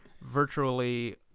virtually